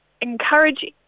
encourage